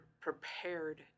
prepared